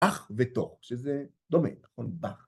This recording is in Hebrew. אך ותור, שזה דומה, נכון? באך.